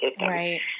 Right